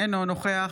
אינו נוכח